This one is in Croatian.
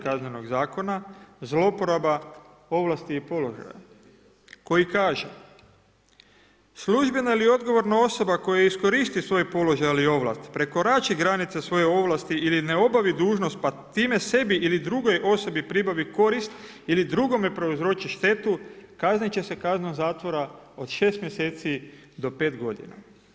Kaznenog zakona zlouporaba ovlasti i položaja koji kaže „Službena ili odgovorna osoba koja iskoristi svoj položaj ili ovlasti, prekorači granice svoje ovlasti ili ne obavi dužnost pa time sebi ili drugoj osobi pribavi korist ili drugome prouzroči štetu kaznit će se kaznom zatvora od 6 mjeseci do 5 godina“